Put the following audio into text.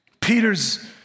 Peter's